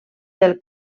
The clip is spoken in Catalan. del